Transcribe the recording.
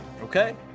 Okay